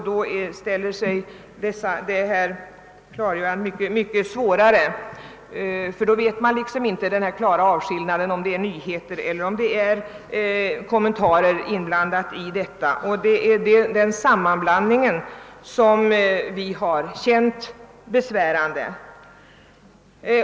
Detta gör det nu svårt att veta, om det man läser är rena nyheter eller nyheter uppblandade med kommentarer. Det är denna sammanblandning vi har tyckt vara besvärande.